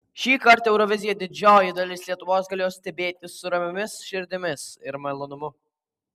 šįkart euroviziją didžioji dalis lietuvos galėjo stebėti su ramiomis širdimis ir malonumu